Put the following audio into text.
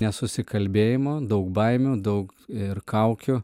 nesusikalbėjimo daug baimių daug ir kaukių